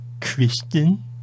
Christian